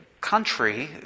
country